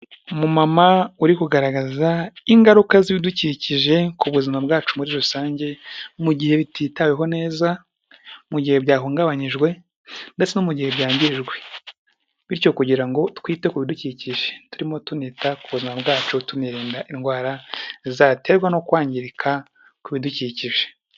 Umumama uri kugaragaza ingaruka z'ibidukikije ku buzima bwacu muri rusange mu gihe bititaweho neza, mu gihe byahungabanyijwe ndetse no mu gihe byangijwe bityo kugira ngo twite ku bidukikije turimo tunita ku buzima bwacu tunirinda indwara zaterwa no kwangirika kw'ibidukikije.